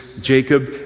Jacob